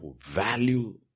value